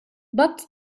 but